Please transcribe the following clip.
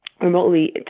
Remotely